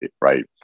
right